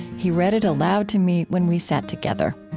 he read it aloud to me when we sat together